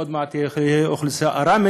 עוד מעט תהיה אוכלוסייה ארמית,